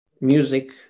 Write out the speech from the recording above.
music